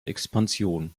expansion